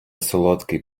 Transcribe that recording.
солодкий